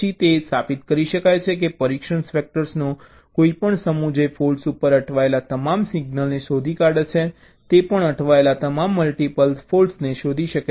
પછી તે સાબિત કરી શકાય છે કે પરીક્ષણ વેક્ટર્સનો કોઈ પણ સમૂહ જે ફૉલ્ટ્સ ઉપર અટવાયેલા તમામ સિંગલને શોધી કાઢે છે તે પણ અટવાયેલા તમામ મલ્ટીપલ ફૉલ્ટ્સને શોધી શકે છે